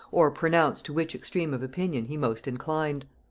or pronounce to which extreme of opinion he most inclined.